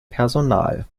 personal